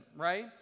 right